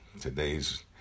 today's